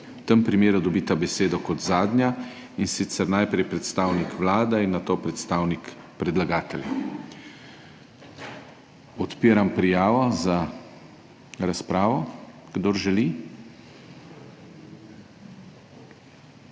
V tem primeru dobita besedo kot zadnja in sicer najprej predstavnik Vlade in nato predstavnik predlagatelja. Odpiram prijavo za razpravo. Kdo želi?